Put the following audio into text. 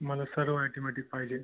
मला सर्व ॲटोमॅटीक पाहिजे